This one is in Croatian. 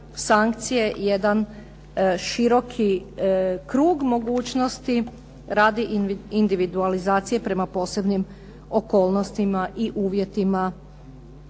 sankcije jedan širok krug mogućnosti radi individualizacije prema posebnim okolnostima i uvjetima